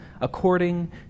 according